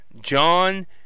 john